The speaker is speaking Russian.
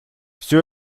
все